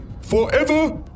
Forever